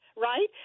Right